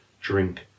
drink